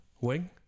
Wing